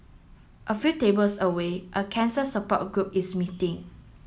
a few tables away a cancer support group is meeting